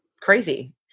crazy